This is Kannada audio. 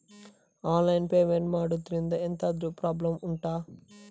ಆನ್ಲೈನ್ ಪೇಮೆಂಟ್ ಮಾಡುದ್ರಿಂದ ಎಂತಾದ್ರೂ ಪ್ರಾಬ್ಲಮ್ ಉಂಟಾ